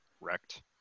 wrecked